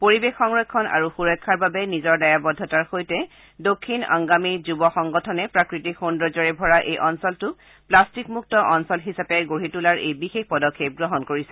পৰিৱেশ সংৰক্ষণ আৰু সূৰক্ষাৰ বাবে নিজৰ দায়বদ্ধতাৰ সৈতে দক্ষিণ অংগামী যুৱ সংগঠনে প্ৰাকৃতিক সৌন্দৰ্য্যৰে ভৰা এই অঞ্চলটোক প্লাষ্টিকমুক্ত অঞ্চল হিচাপে গঢ়ি তোলাৰ এই বিশেষ পদক্ষেপ গ্ৰহণ কৰিছে